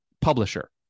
publisher